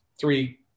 three